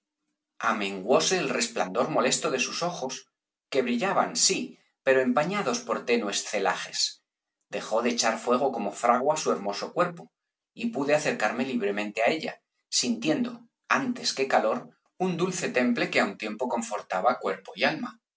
amenguóse el resplandor molesto de sus ojos que brillaban sí pero empañados por tenues celajes dejó de echar fuego como fragua su hermoso cuerpo y pude acercarme libremente á ella sintiendo antes que calor un dulce temple que á un tiempo confortaba cuerpo y alma